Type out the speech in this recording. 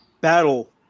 battle